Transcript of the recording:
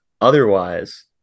otherwise